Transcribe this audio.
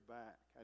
back